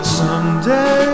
someday